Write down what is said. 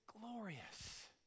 glorious